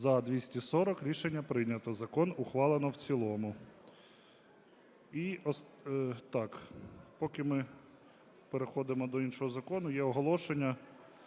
За-240 Рішення прийнято. Закон ухвалено в цілому. Поки ми переходимо до іншого закону, є оголошення.